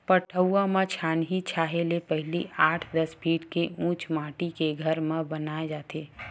पठउवा ल छानही छाहे ले पहिली आठ, दस फीट के उच्च माठी के घर म बनाए जाथे